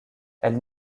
elle